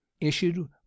issued